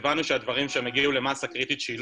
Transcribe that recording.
כשהבנו שהדברים שם הגיעו למסה קריטית שהיא